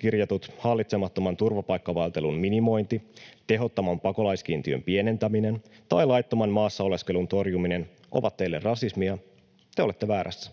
kirjatut hallitsemattoman turvapaikkavaeltelun minimointi, tehottoman pakolaiskiintiön pienentäminen tai laittoman maassa oleskelun torjuminen ovat teille rasismia, te olette väärässä.